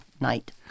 night